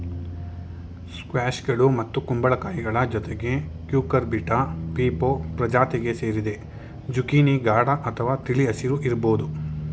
ಸ್ಕ್ವಾಷ್ಗಳು ಮತ್ತು ಕುಂಬಳಕಾಯಿಗಳ ಜೊತೆಗೆ ಕ್ಯೂಕರ್ಬಿಟಾ ಪೀಪೊ ಪ್ರಜಾತಿಗೆ ಸೇರಿದೆ ಜುಕೀನಿ ಗಾಢ ಅಥವಾ ತಿಳಿ ಹಸಿರು ಇರ್ಬೋದು